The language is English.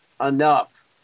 enough